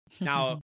now